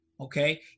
okay